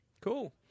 Cool